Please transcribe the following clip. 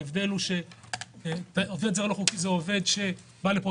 ההבדל הוא שעובד זר לא חוקי זה עובד שבא לפה